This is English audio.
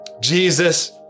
Jesus